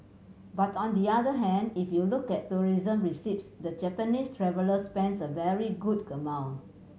but on the other hand if you look at tourism receipts the Japanese traveller spends a very good amount